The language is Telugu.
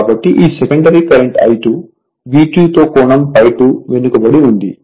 కాబట్టి ఈ సెకండరీ కరెంట్ I2 V2 తో కోణం ∅2 వెనుకబడి ఉంది